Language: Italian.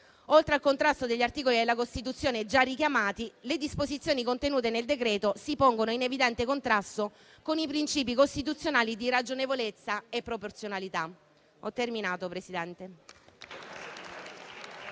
Oltre al contrasto degli articoli della Costituzione già richiamati, le disposizioni contenute nel decreto-legge si pongono in evidente contrasto con i principi costituzionali di ragionevolezza e proporzionalità.